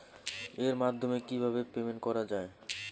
এর মাধ্যমে কিভাবে পেমেন্ট করা য়ায়?